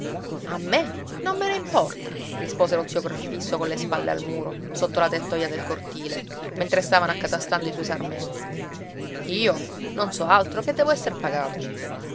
a me non me ne importa rispose lo zio crocifisso colle spalle al muro sotto la tettoia del cortile mentre stavano accatastando i suoi sarmenti io non so altro che devo esser pagato